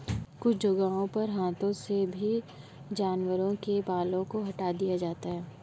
कुछ जगहों पर हाथों से भी जानवरों के बालों को हटा दिया जाता है